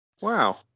Wow